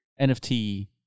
NFT